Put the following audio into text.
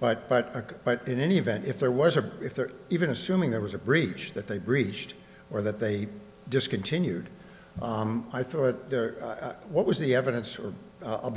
but but but in any event if there was or if there even assuming there was a breach that they breached or that they discontinued i thought what was the evidence or i'll